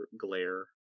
glare